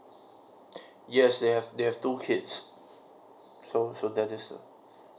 yes they have they have two kids so so there is a